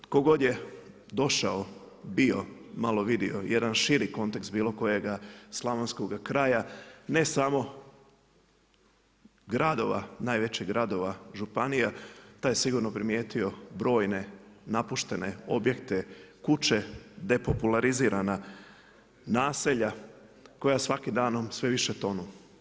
Tko god je došao, bio, malo vidio jedan širi kontekst bilo kojega slavonskog kraja, ne samo gradova, najvećih gradova, županija, taj je sigurno primijetio brojne, napuštene objekte, kuće, nepopulizirana naselja, koja svakim danom sve više tonu.